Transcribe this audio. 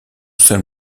seul